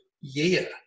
year